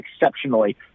exceptionally